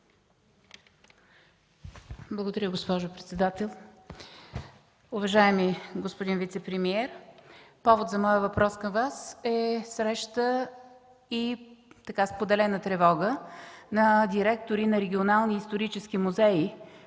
Благодаря, госпожо председател.